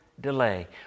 delay